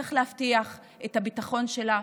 צריך להבטיח את הביטחון שלה,